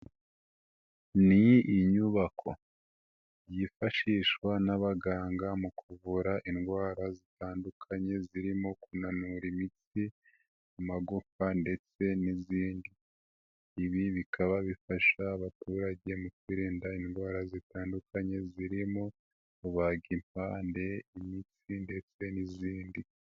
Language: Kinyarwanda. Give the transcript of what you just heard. Ni inyubako yifashishwa n'abaganga mu kuvura indwara zitandukanye zirimo kunanura imitsi, amagufa ndetse n'izindi, ibi bikaba bifasha abaturage mu kwirinda indwara zitandukanye zirimo rubagimpande, imitsi ndetse n'izindi.